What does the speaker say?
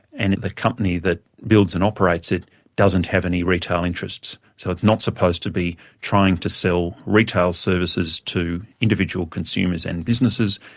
and the company that builds and operates it doesn't have any retail interests. so it's not supposed to be trying to sell retail services to individual consumers and businesses,